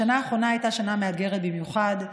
השנה האחרונה הייתה שנה מאתגרת במיוחד.